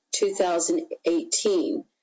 2018